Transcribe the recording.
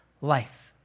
life